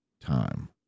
time